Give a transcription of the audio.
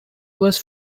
was